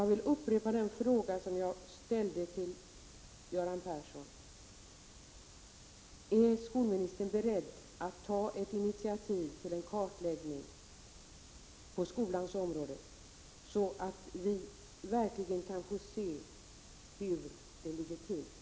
Jag vill upprepa den fråga som jag ställde till Göran Persson. Är skolministern beredd att ta ett initiativ till en kartläggning av skolans område, så att vi verkligen kan få sc hur det ligger till?